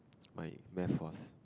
my math was